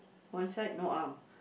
one side no arm